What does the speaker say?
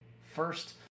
first